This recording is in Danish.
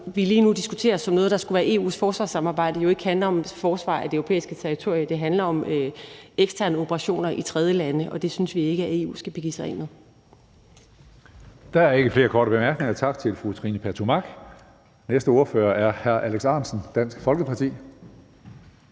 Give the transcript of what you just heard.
vi lige nu diskuterer som noget, der skulle være EU's forsvarssamarbejde, jo ikke handler om forsvar af det europæiske territorium. Det handler om eksterne operationer i tredjelande, og det synes vi ikke at EU skal begive sig ind